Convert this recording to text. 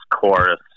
chorus